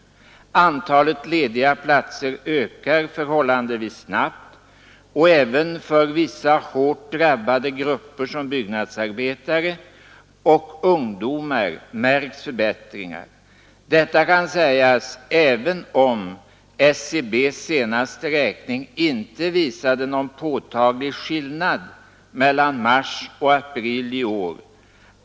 Antalet lediga platser ökar förhållandevis snabbt och även för vissa hårt drabbade grupper som byggnadsarbetare och ungdomar märks förbättringar. Detta kan sägas även om SCB:s senaste räkning inte visade någon påtaglig skillnad mellan mars och april i år.